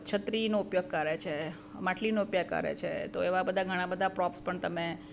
છત્રીનો ઉપયોગ કરે છે માટલીનો ઉપયોગ કરે છે તો એવા બધા ઘણા બધા પ્રોપ્સ પણ તમે